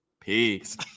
Peace